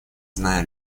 зная